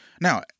Now